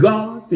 God